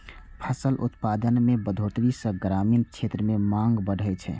फसल उत्पादन मे बढ़ोतरी सं ग्रामीण क्षेत्र मे मांग बढ़ै छै